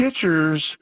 pitchers